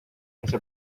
ese